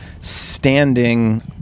standing